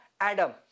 Adam